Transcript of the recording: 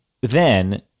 then-